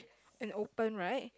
and open right